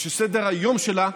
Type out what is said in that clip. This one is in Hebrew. וסדר-היום שלה,